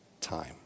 time